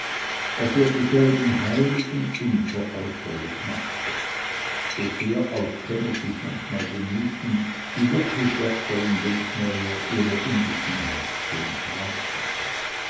was ihr dieselben heilig und unveräußerlich machte sosehr auch kenner sich manchmal bemühten die wirklich wertvollen denkmäler ihrer unwissenheit zu entreißen